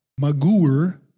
Magur